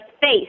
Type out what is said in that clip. face